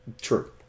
True